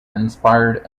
inspired